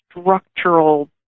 structural